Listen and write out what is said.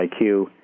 IQ